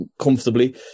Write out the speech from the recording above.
comfortably